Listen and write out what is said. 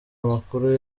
amakuru